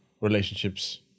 relationships